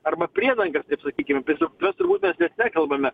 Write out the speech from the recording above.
arba priedangas taip sakykim tiesiog kurios net mes nekalbame